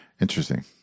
Interesting